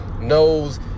knows